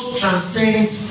transcends